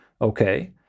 Okay